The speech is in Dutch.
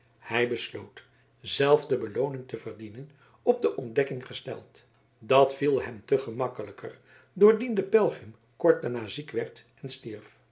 hij besloot zelf de belooning te verdienen op de ontdekking gesteld dat viel hem te gemakkelijker doordien de pelgrim kort daarna ziek werd en stierf